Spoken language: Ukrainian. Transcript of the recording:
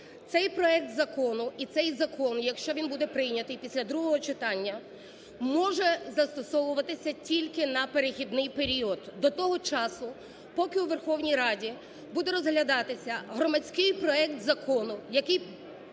цей проект закону і цей закон, якщо він буде прийнятий після другого читання, може застосовуватися тільки на перехідний період, до того часу, поки у Верховній Раді буде розглядати громадський проект закону, який